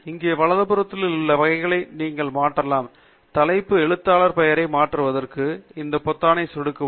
இங்கே வலதுபுறத்தில் உள்ள வகைகளை நீங்கள் மாற்றலாம் தலைப்பு எழுத்தாளர் பெயரை மாற்றுவதற்கு இந்த பொத்தானை சொடுக்கவும்